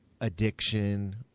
addiction